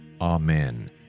Amen